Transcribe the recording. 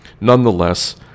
nonetheless